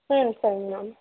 ம் சொல்லுங்கள் மேம்